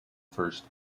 first